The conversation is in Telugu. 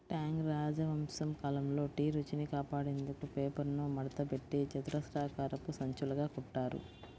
టాంగ్ రాజవంశం కాలంలో టీ రుచిని కాపాడేందుకు పేపర్ను మడతపెట్టి చతురస్రాకారపు సంచులుగా కుట్టారు